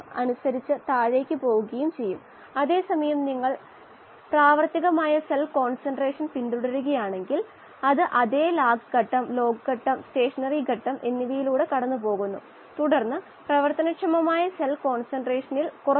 അതിൻറെ വാതക ഘട്ടം 𝑦∗A ഉം ആണ് അതിനാൽ ഈ ഓരോ ഭാഗത്തെ മാസ് ട്രാൻസ്ഫർ കോയെഫീസിയൻറിന് പകരം ഒരു മൊത്തത്തിലുള്ള മാസ് ട്രാൻസ്ഫർ കോഎഫിഷ്യന്റ് അളക്കാവുന്നതോ മനസ്സിലാക്കാവുന്നതോ ആയ സമതുലിതമൂല്യത്തിൻറെ അളവ്